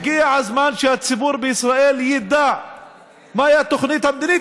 הגיע הזמן שהציבור בישראל ידע מהי התוכנית המדינית,